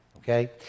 Okay